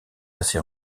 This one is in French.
assez